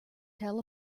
tell